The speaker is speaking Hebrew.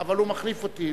אבל הוא מחליף אותי.